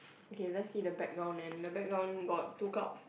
okay let's see the background and the background got two clouds